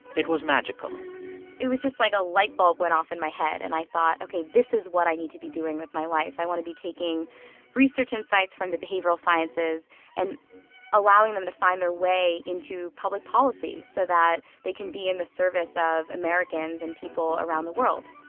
it was magical it was just like a light bulb went off in my head. and i thought, ok, this is what i need to be doing with my life. i want to be taking research insights from the behavioral sciences and allowing them to find their way into public policy so that they can be in the service of americans and people around the world